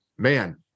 Man